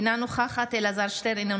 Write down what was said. אינה נוכחת אלעזר שטרן,